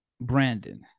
Brandon